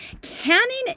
Canning